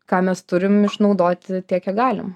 ką mes turim išnaudoti tiek kiek galim